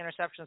interceptions